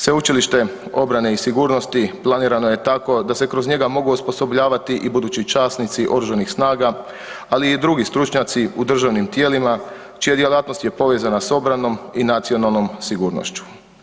Sveučilište obrane i sigurnosti planirano je tako da se kroz njega mogu osposobljavati i budući časnici OSRH, ali i drugi stručnjaci u državnim tijelima čija djelatnost je povezana s obranom i nacionalnom sigurnošću.